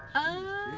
oh.